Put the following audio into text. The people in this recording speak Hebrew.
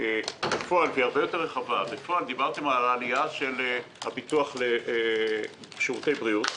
הרבה יותר רחבה: דיברתם על העלייה של ביטוח לשירותי הבריאות.